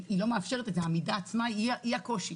העמידה עצמה היא הקושי.